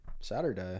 saturday